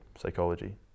psychology